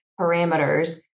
parameters